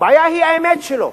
הבעיה היא האמת שלו,